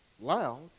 Loud